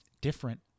different